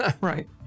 right